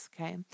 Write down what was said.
Okay